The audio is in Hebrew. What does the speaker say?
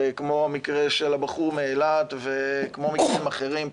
כמו במקרה של הבחור מאילת וכמו מקרים אחרים,